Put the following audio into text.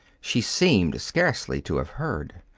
she seemed scarcely to have heard.